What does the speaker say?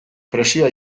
presioa